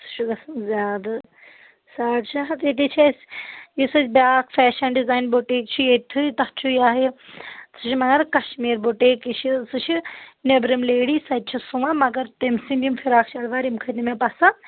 سُہ چھُ گژھان زیادٕ ساڑ شےٚ ہَتھ ییٚتہِ حظ چھِ اَسہِ یُس اَسہِ بیٛاکھ فیشن ڈِزاین بُٹیٖک چھُ ییٚتہِ تھٕے تَتھ چھُ یہِ ہہ یہِ سُہ چھُ مگر کشمیٖر بُٹیٖک یہِ چھِ سُہ چھِ نٮ۪برِم لیڈی سۄ تہِ چھےٚ سُوان مگر تٔمۍ سٕنٛدۍ یِم فراک شلوار یِم کھٔتۍ نہٕ مےٚ پسنٛد